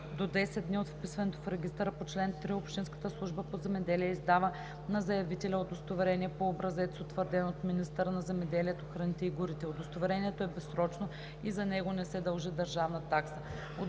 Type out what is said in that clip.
до 10 дни от вписването в регистъра по чл. 3 общинската служба по земеделие издава на заявителя удостоверение по образец, утвърден от министъра на земеделието, храните и горите. Удостоверението е безсрочно и за него не се дължи държавна такса.